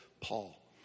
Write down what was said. Paul